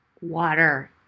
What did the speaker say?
Water